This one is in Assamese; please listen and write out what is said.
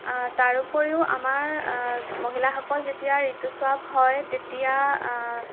তাৰোপৰিও আমাৰ মহিলাসকল যেতিয়া ঋতুস্ৰাৱ হয় তেতিয়া